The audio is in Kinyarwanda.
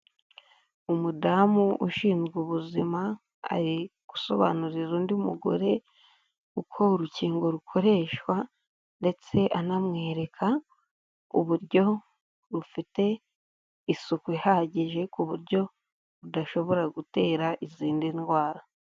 Umudamu ushinzwe ubuzima ari gusobanurira undi mugore uko urukingo rukoreshwa ndetse anamwereka uburyo rufite isuku ihagije ku buryo budashobora gutera izindi ndwara.